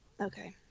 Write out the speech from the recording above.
Okay